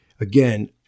again